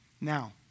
Now